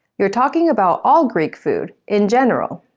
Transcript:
you're talking about all greek food, in general.